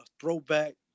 throwback